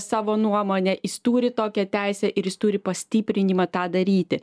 savo nuomonę jis turi tokią teisę ir jis turi pastiprinimą tą daryti